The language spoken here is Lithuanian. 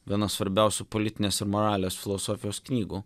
viena svarbiausių politinės ir moralės filosofijos knygų